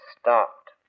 stopped